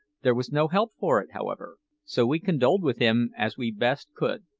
there was no help for it, however, so we condoled with him as we best could.